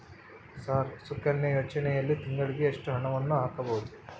Sir Sukanya ಯೋಜನೆಯಲ್ಲಿ ತಿಂಗಳಿಗೆ ಎಷ್ಟು ಹಣವನ್ನು ಹಾಕಬಹುದು?